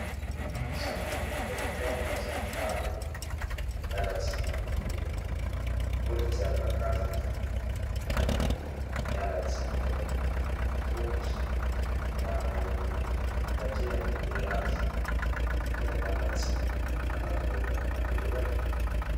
Izy koafa taonga zaho tara igny mialatsigny aminolo jiaby aka zaigny zaho we mialatsigny fao fotry raha mbola nanoiky take amboteazy kay mialatsigny mialafodro aminareo ay